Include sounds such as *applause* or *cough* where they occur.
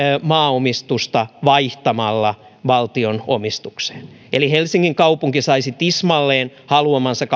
maaomistusta vaihtamalla valtion omistukseen eli helsingin kaupunki saisi tismalleen haluamansa *unintelligible*